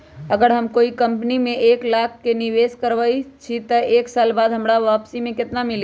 अगर हम कोई कंपनी में एक लाख के निवेस करईछी त एक साल बाद हमरा वापसी में केतना मिली?